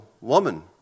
woman